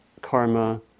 karma